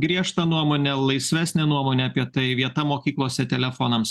griežtą nuomonę laisvesnę nuomonę apie tai vieta mokyklose telefonams